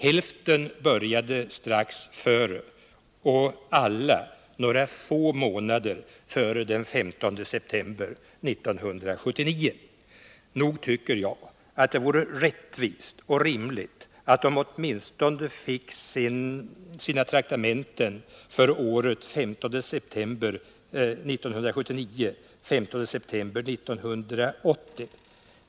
Hälften började ganska nära den 15 september 1979 och alla senast några få månader före detta datum. Nog vore det väl rättvist och rimligt att de åtminstone fick sina traktamenten för året 15 september 1979-15 september 1980.